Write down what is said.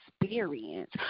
experience